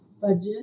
Budget